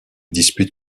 dispute